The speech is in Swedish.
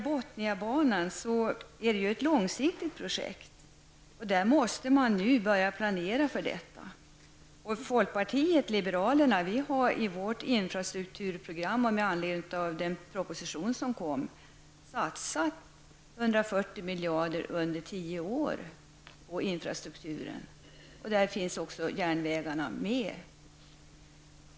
Bothniabanan är ett långsiktigt projekt. Man måste nu börja planera för detta. Vi i folkpartiet liberalerna vill i vårt infrastrukturprogram, med anledning av den proposition som lades fram, satsa 140 miljarder under tio år på infrastrukturen. Där finns också järnvägarna med.